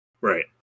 Right